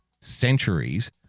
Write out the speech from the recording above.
centuries